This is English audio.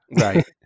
right